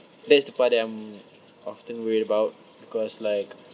that's the part that I'm often worried about because like